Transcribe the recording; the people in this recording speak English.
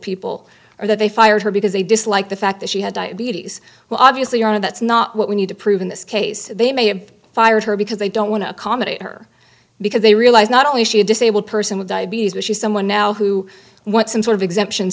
people or that they fired her because they dislike the fact that she had diabetes well obviously ana that's not what we need to prove in this case they may have fired her because they don't want to accommodate her because they realize not only is she a disabled person with diabetes but she's someone now who want some sort of exemptions